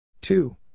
Two